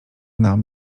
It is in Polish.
nam